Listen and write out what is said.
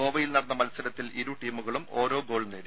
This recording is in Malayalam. ഗോവയിൽ നടന്ന മത്സരത്തിൽ ഇരു ടീമുകളും ഓരോ ഗോൾ നേടി